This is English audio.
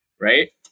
right